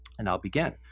and i'll begin.